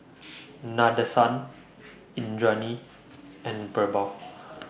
Nadesan Indranee and Birbal